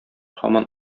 һаман